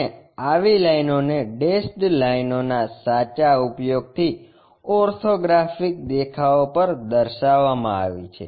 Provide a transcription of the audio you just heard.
અને આવી લાઈનો ને ડેશેડ લાઇનો ના સાચા ઉપયોગ થી ઓર્થોગ્રાફિક દેખાવો પર દર્શાવવામાં આવી છે